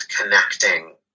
connecting